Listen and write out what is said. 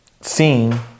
seen